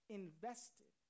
invested